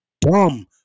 dumb